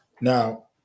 Now